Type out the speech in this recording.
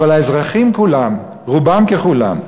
אבל האזרחים כולם, רובם ככולם,